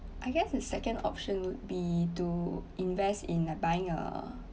I guess the second option would be to invest in buying a